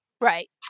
Right